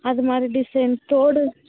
அது மாதிரி டிசைன்ஸ் தோடு